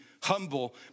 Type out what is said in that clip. humble